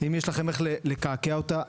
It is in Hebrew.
אם יש לכם איך לקעקע אותה,